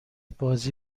بازی